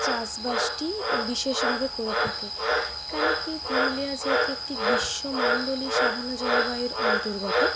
চাসবাসটি বিশেষভাবে করে থাকে কেন কি পুরুলিয়া যেহেতু একটি গ্রীষ্মমণ্ডলী সাভানা জলবায়ুর অন্তর্গত